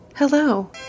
Hello